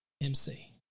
MC